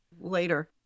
later